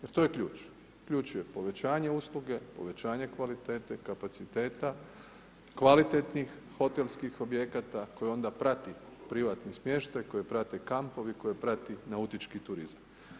Jer to je ključ, ključ je povećanje usluge, povećanje kvalitete, kapaciteta, kvalitetnih hotelskih objekata koji onda prati privatni smještaj, koji prate kampovi, koje prati nautički turizam.